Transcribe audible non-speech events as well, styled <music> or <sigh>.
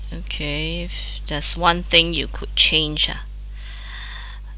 okay just one thing you could change ah <breath>